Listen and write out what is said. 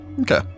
Okay